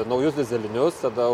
naujus dyzelinius tada